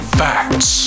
facts